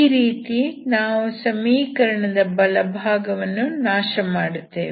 ಈ ರೀತಿ ನಾವು ಸಮೀಕರಣದ ಬಲಭಾಗವನ್ನು ನಾಶ ಮಾಡುತ್ತೇವೆ